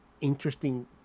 interesting